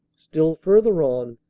still further on,